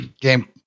game